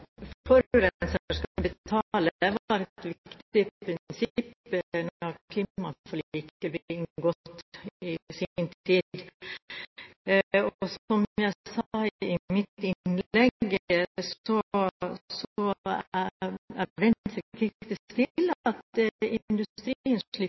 betale, var et viktig prinsipp da klimaforliket ble inngått i sin tid. Som jeg sa i mitt innlegg,